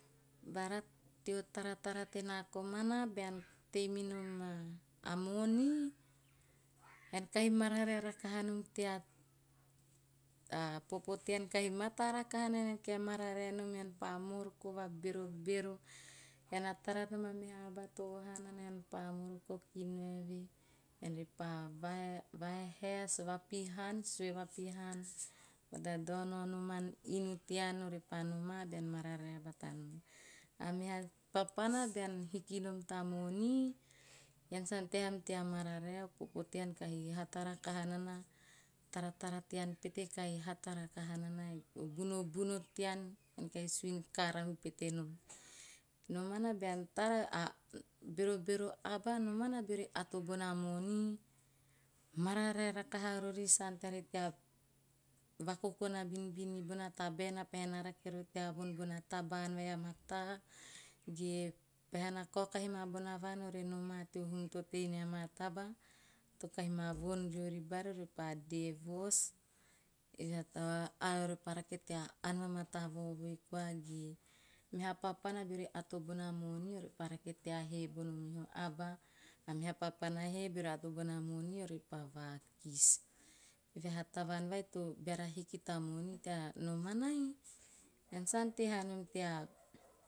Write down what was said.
Bara teo taratara te na komana bean tei minom a moni ean kahi mararoe rakaha nom, a popo tean mata rakaha nana ean kahi mararae nom ean pa moroko va bero bero. Ean na tara nom a meha aha to oha to oha nana eanpa moroko ki nao eve ean re pa va hahaes, va pihan, sue va pihan. Vadadao nao aan inu tean re pa noma bean mararae bata nom. A meha papana bean hiki nom ta moni ean sa ante ha nom tea maraoe, a popo tean kahi hata rakaha nane. Tara tara tean pete kahi hata rakaha nana, o bunobuno tean kahi suun karahu pete nom. Nomana bean tara a berobero aba nomana beori ato bona money mararae rakaha rori sa ante haari tea vakokona binbiin tea tabae na pahena rake rori tea von bona taban vai a mata ge pehena rake rori tea von bona taban vai a mata ge peheha kaokahi bona vaan ore noma teo huum to tei nae ama taba to kahi voon riori bari orepa ma dee voos. A orepa rake tea aan vaovoi koa ge meha papana beori ato bona money orepa rake hee bono meho aba o meho papana he beori ato bona moni orepa vakis. Evehe a tavaan vai to, beara hiki ta moni nomana ei ean sa ante ha nom tea.